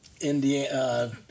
Indiana